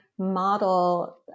model